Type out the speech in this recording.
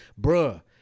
Bruh